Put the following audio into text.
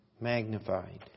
magnified